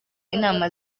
inama